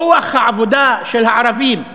כוח העבודה של הערבים,